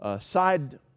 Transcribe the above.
side